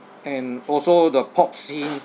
and also the pop scene